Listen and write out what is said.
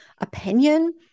opinion